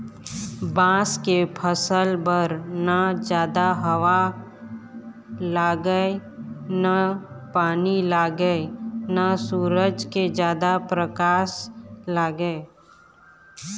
बांस के फसल बर न जादा हवा लागय न पानी लागय न सूरज के जादा परकास लागय